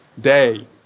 day